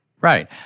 right